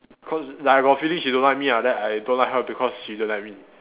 cause like I got feeling she don't like me ah then I don't like her because she don't like me